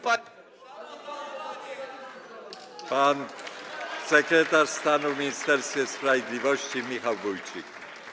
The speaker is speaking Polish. Pan sekretarz stanu w Ministerstwie Sprawiedliwości Michał Wójcik.